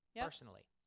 Personally